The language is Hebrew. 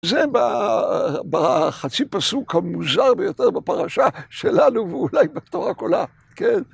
זה בחצי פסוק המוזר ביותר בפרשה שלנו, ואולי בתורה כולה, כן